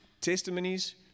testimonies